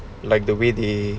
like the way they